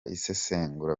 isesengura